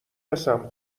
رسم